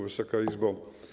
Wysoka Izbo!